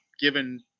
given